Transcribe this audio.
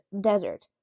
desert